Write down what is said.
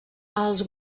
els